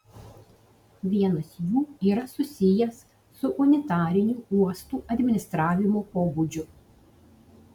vienas jų yra susijęs su unitariniu uostų administravimo pobūdžiu